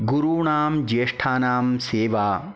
गुरुणां ज्येष्ठानां सेवा